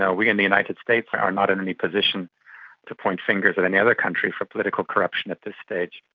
ah we in the united states are not in any position to point fingers at any other country for political corruption at this stage.